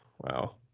wow